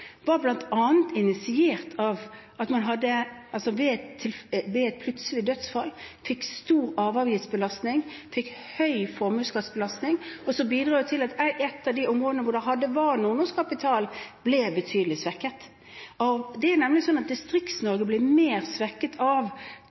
initiert av at man ved et plutselig dødsfall fikk stor arveavgiftsbelastning og høy formuesskattbelastning. Så bidro jo det til at ett av de områdene hvor det var nordnorsk kapital, ble betydelig svekket. Det er nemlig slik at Distrikts-Norge blir mer svekket av